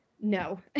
No